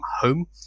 home